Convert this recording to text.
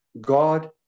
god